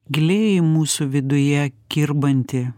giliai mūsų viduje kirbantį